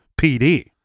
PD